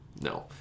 No